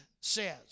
says